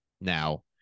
Now